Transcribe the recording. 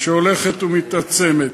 שהולכת ומתעצמת.